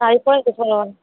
শাড়ি পরার কিছু নেব না